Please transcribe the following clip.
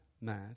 mad